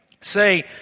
say